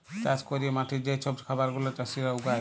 চাষ ক্যইরে মাঠে যে ছব খাবার গুলা চাষীরা উগায়